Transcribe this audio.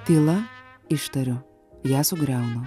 tyla ištariu ją sugriaunu